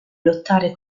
lottare